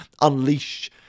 unleash